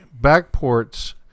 backports